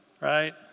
right